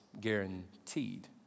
guaranteed